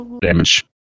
damage